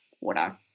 water